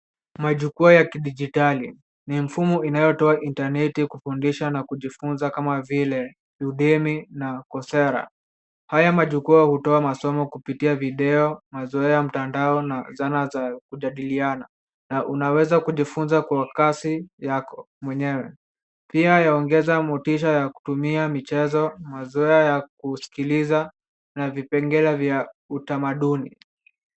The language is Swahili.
Majukwaa ya kidijitali. Ni mfumo inayotoa intaneti, kufundisha na kujifunza kama vile dudemi na kosera. Haya majukwaa hutoa masomo kupitia video, mazoea mtandao na zana za kujadiliana na unaweza kujifunza kwa kasi yako mwenyewe. Pia yaongeza motisha ya kutumia michezo, mazoea ya kusikiliza na vipengele vya utamaduni.